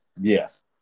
Yes